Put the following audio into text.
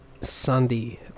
Sandy